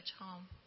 home